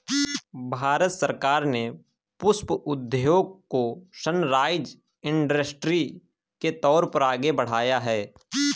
भारत सरकार ने पुष्प उद्योग को सनराइज इंडस्ट्री के तौर पर आगे बढ़ाया है